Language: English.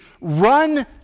run